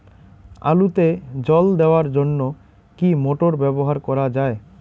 আলুতে জল দেওয়ার জন্য কি মোটর ব্যবহার করা যায়?